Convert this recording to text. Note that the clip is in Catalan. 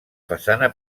façana